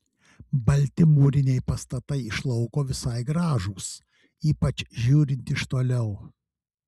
balti mūriniai pastatai iš lauko visai gražūs ypač žiūrint iš toliau